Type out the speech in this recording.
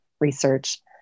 research